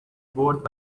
برد